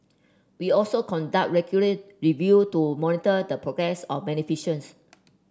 we also conduct regular review to monitor the progress of beneficial